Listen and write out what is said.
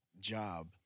job